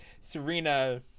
Serena